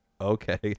okay